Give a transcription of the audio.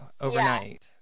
overnight